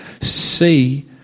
see